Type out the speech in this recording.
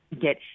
get